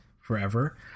forever